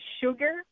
sugar